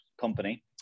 company